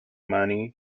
money